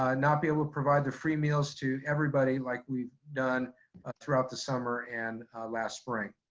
ah not be able to provide the free meals to everybody like we've done throughout the summer and last spring.